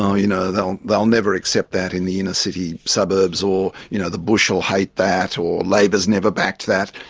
you know, they'll they'll never accept that in the inner city suburbs, or you know the bush will hate that, or labor's never backed that.